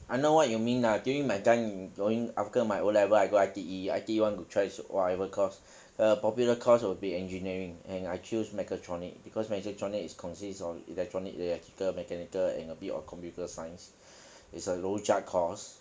I know what you mean lah during my time going after my O level I go I_T_E I_T_E want to try whatever course the popular course will be engineering and I choose megatronic it because megatronic is consist of electronic electrical mechanical and a bit of computer science it's a rojak course